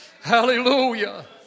Hallelujah